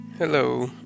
Hello